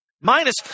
Minus